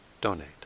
donate